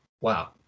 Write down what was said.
wow